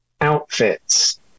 outfits